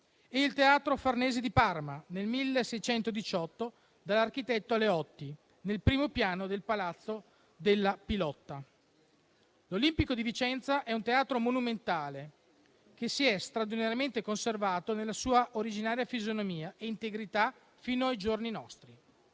e il Teatro Farnese di Parma, nel 1618, dall'architetto Aleotti, nel primo piano del Palazzo della Pilotta. L'Olimpico di Vicenza è un teatro monumentale, che si è straordinariamente conservato nella sua originaria fisionomia e integrità fino ai giorni nostri.